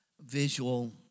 visual